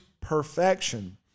perfection